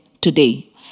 today